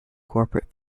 corporate